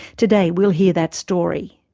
today we'll hear that story.